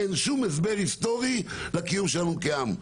אין שום הסבר לקיום שלנו כאם.